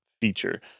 feature